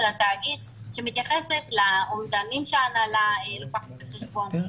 התאגיד שמתייחסת לאומדנים שההנהלה לוקחת בחשבון,